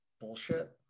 bullshit